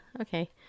Okay